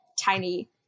tiny